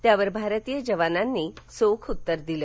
त्यावर भारतीय जवानांनी चोख प्रत्युत्तर दिलं